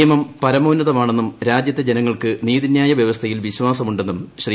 നിയമം പരമോന്നതമാണെന്നും രാജ്യത്തെ ജനങ്ങൾക്ക് നീതിന്യായ വൃവസ്ഥയിൽ വിശ്വാസമുണ്ടെന്നും ശ്രീ